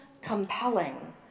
compelling